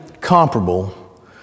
comparable